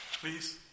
Please